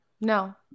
No